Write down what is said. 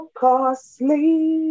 costly